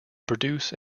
produce